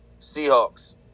Seahawks